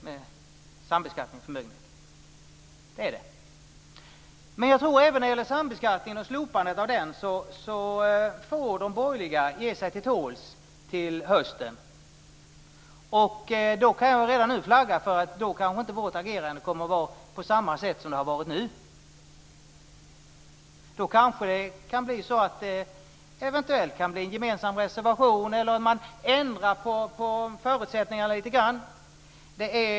Men jag tror att även när det gäller slopandet av sambeskattningen får de borgerliga ge sig till tåls till hösten. Jag kan redan nu flagga för att vårt agerande då kanske inte kommer att vara på samma sätt som det har varit nu. Då kanske det eventuellt kan bli en gemensam reservation eller att man ändrar på förutsättningarna lite grann.